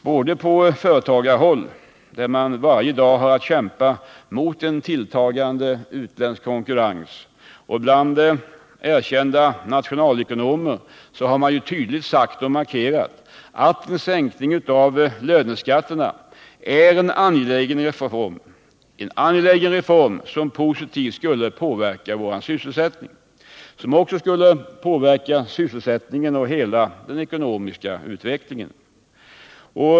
Både på företagarhåll — där man varje dag har att kämpa emot en tilltagande utländsk konkurrens — och bland erkända nationalekonomer har tydligt markerats att en sänkning av löneskatterna är en angelägen reform, som positivt skulle påverka sysselsättningen, handelsbalansen och hela den ekonomiska utvecklingen.